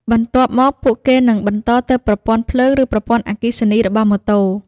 បន្ទាប់មកពួកគេនឹងបន្តទៅប្រព័ន្ធភ្លើងឬប្រព័ន្ធអគ្គិសនីរបស់ម៉ូតូ។